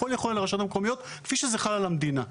הכול יחול על הרשויות המקומיות כפי שזה חל על המדינה.